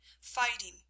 fighting